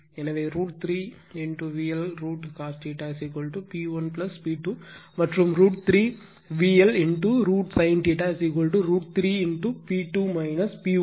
எனவே √ 3 VL √ cos P1 P2 மற்றும் √ 3 VL √ sin √ 3 P2 P1